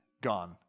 gone